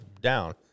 down